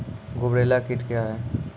गुबरैला कीट क्या हैं?